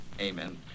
Amen